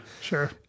Sure